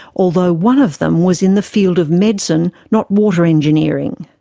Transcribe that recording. although one of them was in the field of medicine, not water engineering.